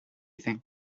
thing